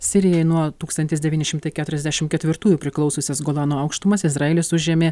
sirijai nuo tūkstantis devyni šimtai keturiasdešimt ketvirtųjų priklausiusias golano aukštumas izraelis užėmė